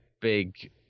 big